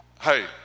Hey